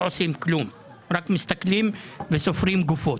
עושים כלום רק מסתכלים וסופרים גופות.